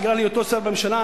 בגלל היותו שר בממשלה,